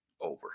over